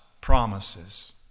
Promises